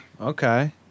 Okay